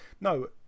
no